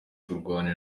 kurwana